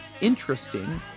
interesting